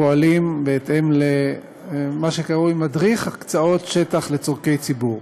פועלים בהתאם למה שקרוי מדריך הקצאות שטח לצורכי ציבור.